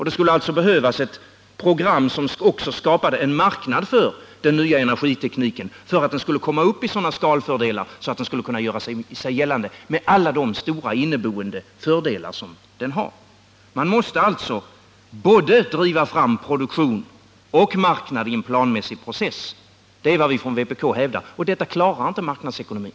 Det skulle alltså behövas ett program som också skapade en marknad för den nya energitekniken för att den skulle komma upp i sådana fördelar att den skulle kunna göra sig gällande med alla de stora inneboende fördelar som den har. Man måste alltså driva fram både produktion och marknad i en planmässig process. Det är vad vi från vpk hävdar. Detta klarar inte marknadsekonomin.